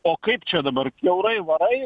o kaip čia dabar kiaurai varai